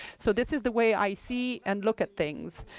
so this is the way i see and look at things.